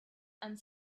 and